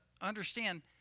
understand